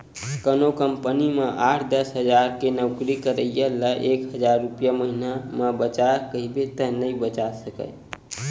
कोनो कंपनी म आठ, दस हजार के नउकरी करइया ल एक हजार रूपिया महिना म बचा कहिबे त नइ बचा सकय